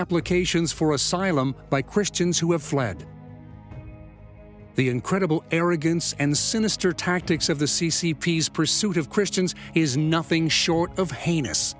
applications for asylum by christians who have fled the incredible arrogance and sinister tactics of the c c p pursuit of christians is nothing short of heinous